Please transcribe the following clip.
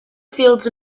fields